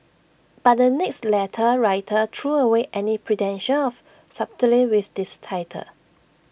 but the next letter writer threw away any pretension of subtlety with this title